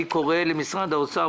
אני קורה למשרד האוצר,